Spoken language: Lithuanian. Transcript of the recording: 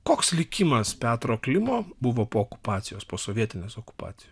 koks likimas petro klimo buvo po okupacijos po sovietinės okupacijos